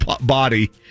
body